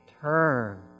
Turn